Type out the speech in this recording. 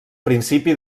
principi